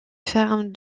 fermes